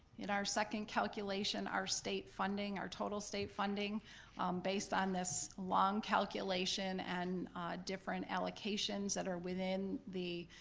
and our second calculation, our state funding, our total state funding based on this long calculation and different allocations that are within the